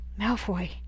Malfoy